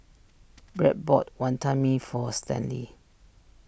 Brad bought Wantan Mee for Stanley